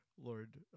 Lord